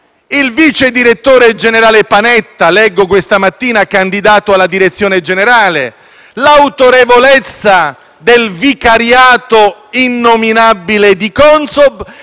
il vice direttore generale Panetta - leggo questa mattina, candidato alla direzione generale - e il vicariato innominabile di Consob.